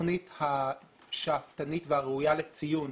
התוכנית השאפתנית והראויה לציון